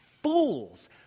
Fools